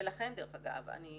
ולכן דרך אגב, אני